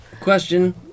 Question